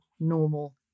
normal